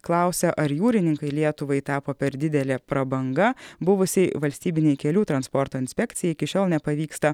klausia ar jūrininkai lietuvai tapo per didelė prabanga buvusiai valstybinei kelių transporto inspekcijai iki šiol nepavyksta